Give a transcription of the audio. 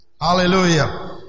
Hallelujah